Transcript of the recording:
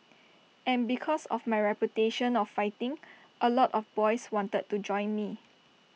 and because of my reputation of fighting A lot of boys wanted to join me